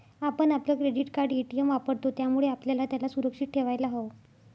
आपण आपलं credit card, ATM वापरतो, त्यामुळे आपल्याला त्याला सुरक्षित ठेवायला हव